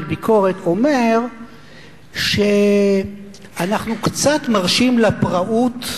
ביקורת אומר שאנחנו קצת מרשים לפראות,